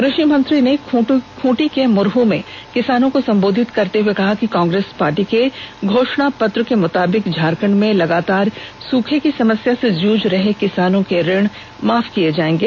कृषि मंत्री ने खूंटी के मुरहू में किसानों को संबोधित करते हुए कहा कि कांग्रेस पार्टी के घोषणा पत्र के मुताबिक झारखण्ड में लगातार सूखे की समस्या से जूझ रहे किसानों के कृषि ऋण माफ करेंगे